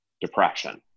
depression